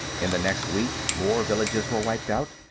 in the next week more villages were wiped out,